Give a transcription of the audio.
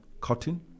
cotton